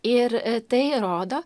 ir tai rodo